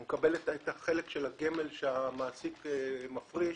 הוא מקבל את החלק של הגמל שהמעסיק מפריש.